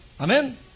Amen